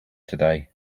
today